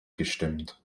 gestimmt